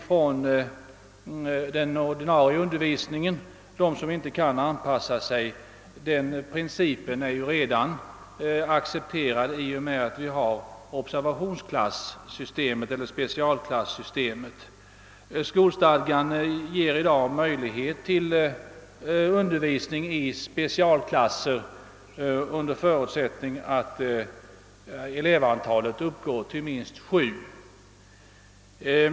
Principen att skilja ut dem som inte kan anpassa sig är redan accepterad i och med specialklassystemet. Skolstadgan ger i dag möjlighet till undervisning i specialklass under förutsättning att elevantalet uppgår till minst sju.